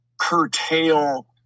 curtail